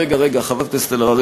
רגע, רגע, חברת הכנסת אלהרר.